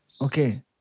okay